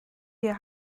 your